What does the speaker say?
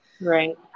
Right